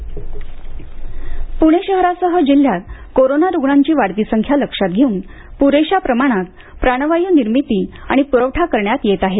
पुरेसा प्राणवाय परवठा प्णे शहरासह जिल्ह्यात कोरोना रुग्णांची वाढती संख्या लक्षात घेऊन प्रेशा प्रमाणात प्राणवायू निर्मिती आणि प्रवठा करण्यात येत आहे